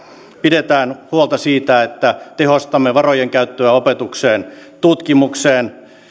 pidetään huolta siitä että tehostamme varojen käyttöä opetukseen tutkimukseen